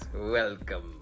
welcome